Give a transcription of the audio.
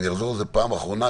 ואני אחזור על זה פעם אחרונה,